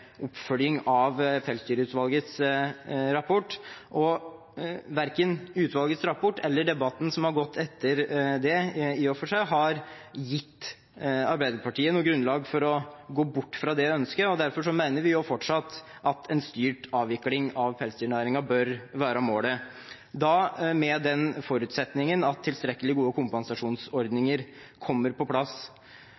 oppfølging av Pelsdyrutvalgets rapport. Og verken utvalgets rapport eller i og for seg debatten som har gått etter det, har gitt Arbeiderpartiet noe grunnlag for å gå bort fra det ønsket. Derfor mener vi fortsatt at en styrt avvikling av pelsdyrnæringen bør være målet, da med den forutsetningen at tilstrekkelig gode kompensasjonsordninger kommer på plass.